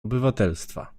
obywatelstwa